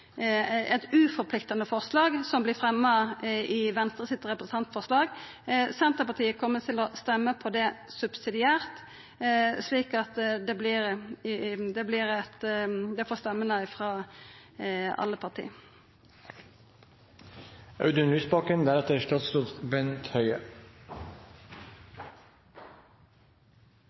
eit uforpliktande forslag som vert fremma i Venstre sitt representantforslag. Senterpartiet kjem til å stemma på det forslaget subsidiært, slik at det får stemmene frå alle